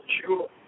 sure